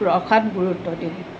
প্ৰসাদ গুৰুত্ব দিওঁ